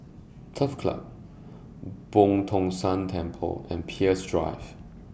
Turf Club Boo Tong San Temple and Peirce Drive